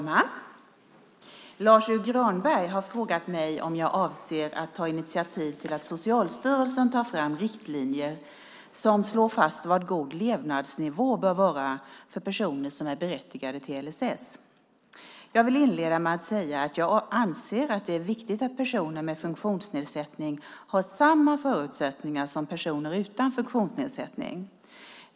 Fru talman! Lars U Granberg har frågat mig om jag avser att ta initiativ till att Socialstyrelsen tar fram riktlinjer som slår fast vad god levnadsnivå bör vara för personer som är berättigade till LSS. Jag vill inleda med att säga att jag anser att det är viktigt att personer med funktionsnedsättning har samma förutsättningar som personer utan funktionsnedsättning.